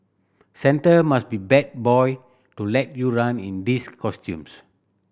Santa must be bad boy to let you run in these costumes